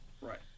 Right